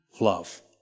love